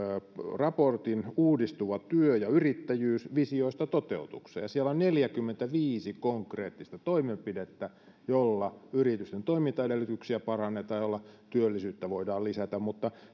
raportin uudistuva työ ja yrittäjyys visioista toteutukseen ja siellä on neljäkymmentäviisi konkreettista toimenpidettä joilla yritysten toimintaedellytyksiä parannetaan ja joilla työllisyyttä voidaan lisätä mutta